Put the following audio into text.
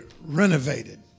renovated